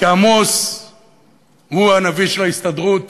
כי עמוס הוא הנביא של ההסתדרות,